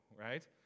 right